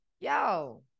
yo